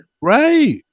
right